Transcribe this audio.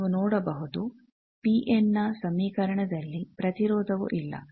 ನೀವು ನೋಡಬಹುದು Pn ನ ಸಮೀಕರಣದಲ್ಲಿ ಪ್ರತಿರೋಧವು ಇಲ್ಲ